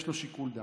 יש לו שיקול דעת.